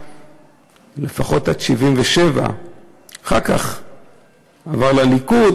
לפחות עד 1977. אחר כך הוא עבר לליכוד